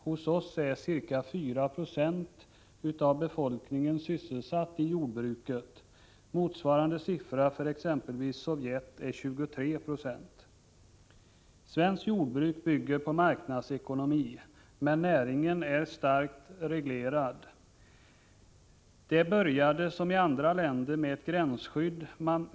I Sverige är ca 4 Jo av befolkningen sysselsatt inom jordbruket. Motsvarande siffra för exempelvis Sovjet är 23 90. Svenskt jordbruk bygger på marknadsekonomi, men näringen är starkt reglerad. Det började här, liksom i andra länder, med ett gränsskydd.